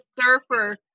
surfer